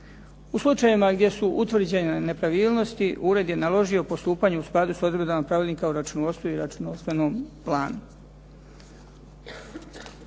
U slučajevima gdje su utvrđene nepravilnosti ured je naložio postupanje u skladu s odredbama Pravilnika o računovodstvu i računovodstvenom planu.